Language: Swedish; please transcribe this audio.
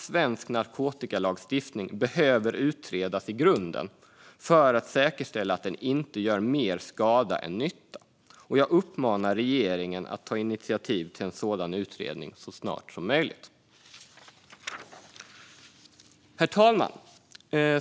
Svensk narkotikalagstiftning behöver utredas i grunden för att säkerställa att den inte gör mer skada än nytta. Jag uppmanar regeringen att ta initiativ till en sådan utredning så snart som möjligt. Herr talman!